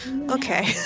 Okay